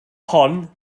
hon